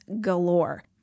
galore